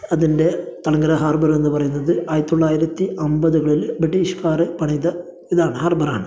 അതിൻ്റെ തളങ്കര ഹാർബർ എന്ന് പറയുന്നത് ആയിരത്തി തൊള്ളായിരത്തി അമ്പതുകളിൽ ബ്രിട്ടീഷുകാർ പണിത ഇതാണ് ഹാർബറാണ്